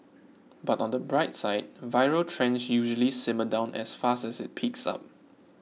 but on the bright side viral trends usually simmer down as fast as it peaks up